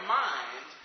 mind